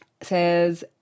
says